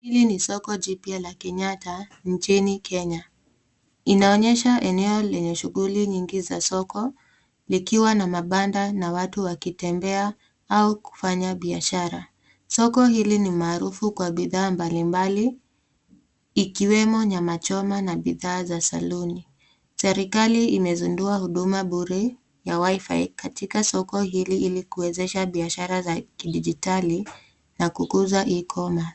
Hili ni soko jipya la Kenyatta nchini Kenya. Inaonyesha eneo lenye shughuli nyingi za soko likiwa na mabanda na watu wakitembea au kufanya biashara. Soko hili ni maarufu kwa bidhaa mbalimbali ikiwemo nyama choma na bidhaa za saluni. Serikali imezindua huduma bure ya Wi-Fi katika soko hili ili kuwezesha bishara za kidijitali na kukuza e-commerce .